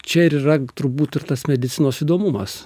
čia ir yra turbūt ir tas medicinos įdomumas